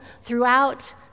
throughout